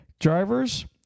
drivers